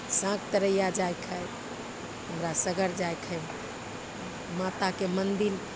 साँकतरैया जाइके हइ हमरा सगरे जाइके हइ माताके मन्दिर